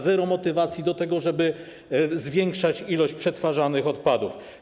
Zero motywacji do tego, żeby zwiększać ilość przetwarzanych odpadów.